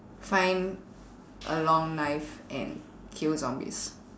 find a long knife and kill zombies